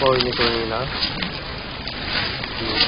कोई निं कोई निं जनाब ठीक